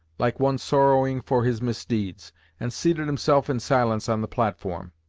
like one sorrowing for his misdeeds and seated himself in silence on the platform.